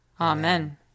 Amen